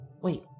Wait